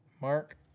Mark